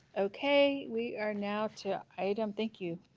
okay? we are now to item. thank you,